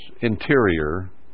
interior